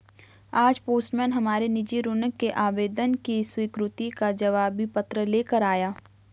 आज पोस्टमैन हमारे निजी ऋण के आवेदन की स्वीकृति का जवाबी पत्र ले कर आया